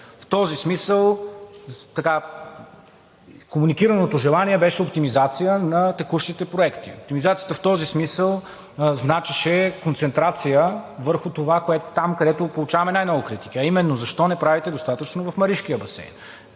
В този смисъл комуникираното желание беше оптимизация на текущите проекти. Оптимизацията в този смисъл значеше концентрация върху това там, където получаваме най-много критика, а именно: „Защо не правите достатъчно в Маришкия басейн?“